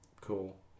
Cool